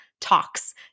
talks